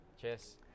cheers